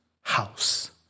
house